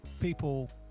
people